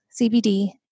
CBD